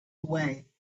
away